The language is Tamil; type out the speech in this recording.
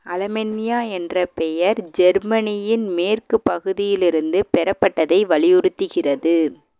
அலமென்னியா என்ற பெயர் ஜெர்மனியின் மேற்குப் பகுதியிலிருந்து பெறப்பட்டதை வலியுறுத்துகிறது